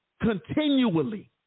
Continually